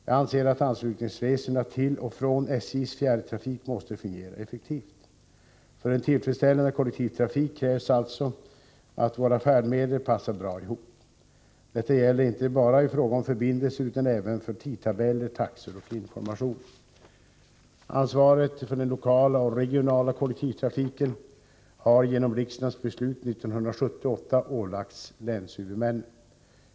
Jag anser att anslutningsresorna till och från SJ:s fjärrtrafik måste fungera effektivt. För en tillfredsställande kollektivtrafik krävs alltså att våra färdmedel passar bra ihop. Detta gäller inte bara i fråga om förbindelser utan Ansvaret för den lokala och regionala kollektivtrafiken har genom riksdagens beslut 1978 ålagts länshuvudmännen.